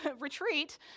retreat